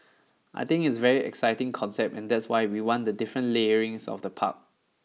I think it's a very exciting concept and that's why we want the different layerings of the park